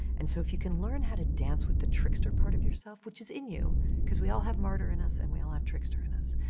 and so if you can learn how to dance with the trickster part of yourself, which is in you because we all have martyr in us and we all have trickster in us.